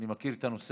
אני מכיר את הנושא.